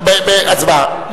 הצבעה.